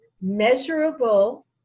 measurable